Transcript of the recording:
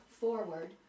forward